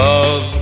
Love